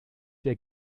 der